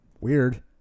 Weird